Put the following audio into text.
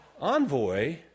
envoy